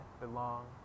belong